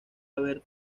haber